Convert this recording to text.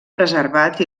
preservat